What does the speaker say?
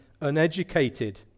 uneducated